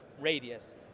radius